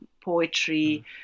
Poetry